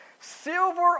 silver